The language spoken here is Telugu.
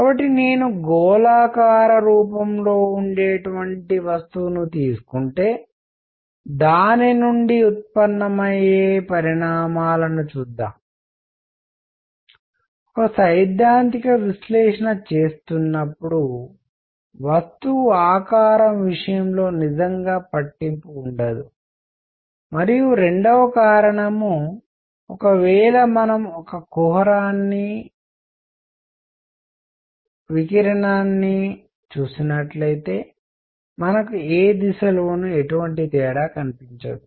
కాబట్టి నేను గోళాకార రూపంలో ఉండేటటువంటి వస్తువును తీసుకుంటే దాని నుండి ఉత్పన్నమయ్యే పరిణామాలను చూద్దాం ఒక సైద్ధాంతిక విశ్లేషణ చేస్తున్నప్పుడు వస్తువు ఆకారం విషయంలో నిజంగా పట్టింపు ఉండదు మరియు రెండవ కారణం ఒకవేళ మనము ఒక కుహరం వికిరణాన్ని చూసినట్లైతే మనకు ఏ దిశలోనూ ఎటువంటి తేడా కనిపించదు